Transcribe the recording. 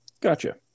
Gotcha